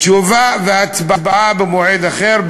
תשובה והצבעה במועד אחר,